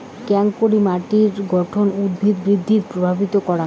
কেঙকরি মাটির গঠন উদ্ভিদ বৃদ্ধিত প্রভাবিত করাং?